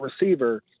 receiver